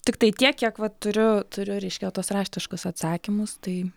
tiktai tiek kiek va turiu turiu reiškia tuos raštiškus atsakymus tai